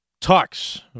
talks